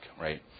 right